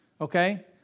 Okay